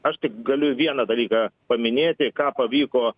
aš tik galiu vieną dalyką paminėti ką pavyko